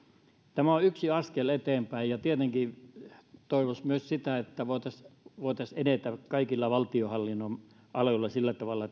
tämä on yksi askel eteenpäin ja tietenkin toivoisi myös sitä että voitaisiin voitaisiin edetä kaikilla valtionhallinnon aloilla sillä tavalla